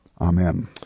Amen